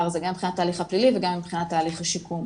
הזה גם מבחינת ההליך הפלילי וגם מבחינת תהליך השיקום.